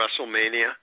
WrestleMania